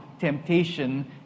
temptation